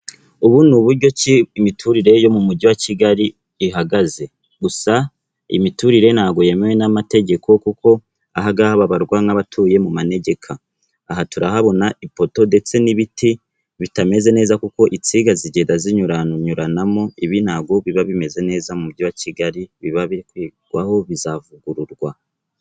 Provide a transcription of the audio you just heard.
Ubu ni uburyo imiturire yo mu mujyi wa Kigali ihagaze, gusa imiturire ntago yemewe n'amategeko kuko aha ngaha babarwa nk'abatuye mu manegeka, aha turahabona ipoto ndetse n'ibiti bitameze neza kuko insinga zigenda zinyuranyuranamo, ibi ntago biba bimeze neza mu mujyi wa Kigali biba biri kwigwaho bizavugururwa.